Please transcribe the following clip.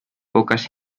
pocas